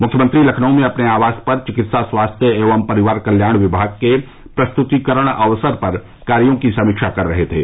मुख्यमंत्री लखनऊ में अपने आवास पर चिकित्सा स्वास्थ्य एवं परिवार कल्याण विभाग के प्रस्तुतीकरण अवसर पर कार्यो की समीक्षा कर रहे थे